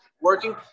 working